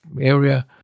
area